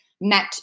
met